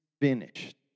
finished